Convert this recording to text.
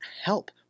help